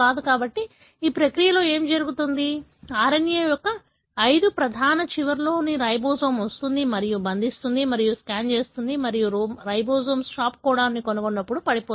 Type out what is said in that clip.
కాబట్టి ఈ ప్రక్రియలో ఏమి జరుగుతుంది RNA యొక్క 5 ప్రధాన చివరలో రైబోజోమ్ వస్తుంది మరియు బంధిస్తుంది మరియు స్కాన్ చేస్తుంది మరియు రైబోజోమ్ స్టాప్ కోడాన్ను కనుగొన్నప్పుడు పడిపోతుంది